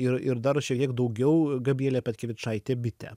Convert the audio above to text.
ir ir dar šiek tiek daugiau gabrielę petkevičaitę bitę